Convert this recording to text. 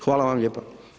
Hvala vam lijepa.